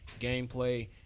gameplay